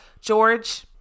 george